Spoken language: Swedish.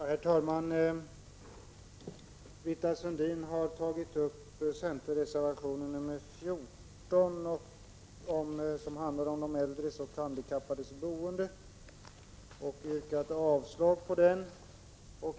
Herr talman! Britta Sundin tog upp centerreservationen nr 14 om de äldres och handikappades boende och yrkade avslag på den.